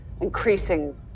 increasing